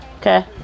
okay